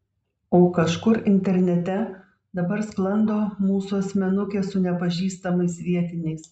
o kažkur internete dabar sklando mūsų asmenukės su nepažįstamais vietiniais